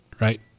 right